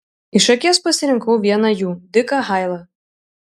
iš akies pasirinkau vieną jų diką hailą